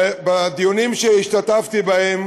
ובדיונים שהשתתפתי בהם